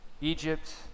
Egypt